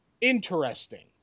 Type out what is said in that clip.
Interesting